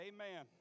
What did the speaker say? Amen